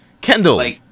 Kendall